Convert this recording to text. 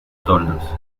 toldos